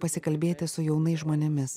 pasikalbėti su jaunais žmonėmis